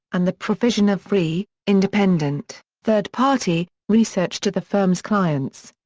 and the provision of free, independent, third-party, research to the firms' clients.